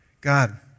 God